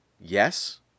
Yes